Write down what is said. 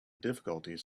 difficulties